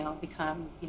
become